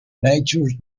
nature